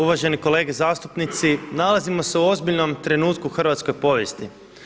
Uvažene kolege zastupnici, nalazimo se u ozbiljnom trenutku hrvatske povijesti.